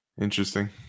Interesting